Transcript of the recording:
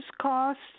costs